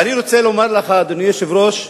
ואני רוצה לומר לך, אדוני היושב-ראש,